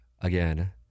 again